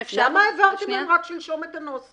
למה העברתם להם רק שלשום את הנוסח?